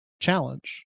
challenge